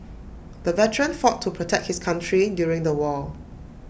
the veteran fought to protect his country during the war